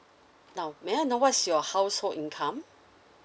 now may I know what's your household income